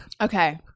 Okay